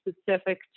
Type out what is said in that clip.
specific